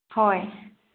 ꯍꯣꯏ